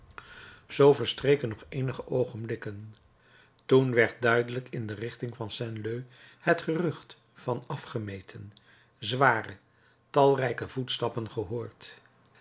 zoo verstreken nog eenige oogenblikken toen werd duidelijk in de richting van saint leu het gerucht van afgemeten zware talrijke voetstappen gehoord